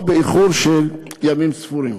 או באיחור של ימים ספורים.